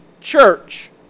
church